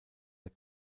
der